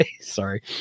sorry